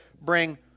bring